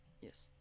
Yes